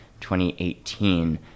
2018